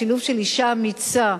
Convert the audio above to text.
שילוב של אשה אמיצה,